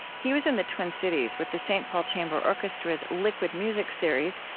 he was in the twin cities with the saint paul chamber orchestra's liquid music series,